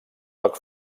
toc